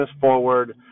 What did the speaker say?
forward